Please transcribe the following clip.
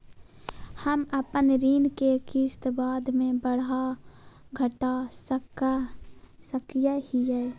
हम अपन ऋण के किस्त बाद में बढ़ा घटा सकई हियइ?